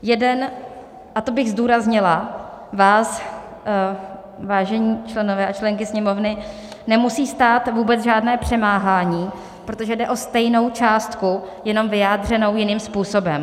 Jeden vás, a to bych zdůraznila, vážení členové a členky Sněmovny, nemusí stát vůbec žádné přemáhání, protože jde o stejnou částku, jenom vyjádřenou jiným způsobem.